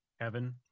Kevin